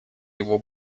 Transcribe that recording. его